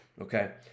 Okay